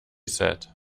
said